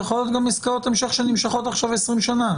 זה יכול להיות גם עסקאות המשך שנמשכות עכשיו 20 שנה.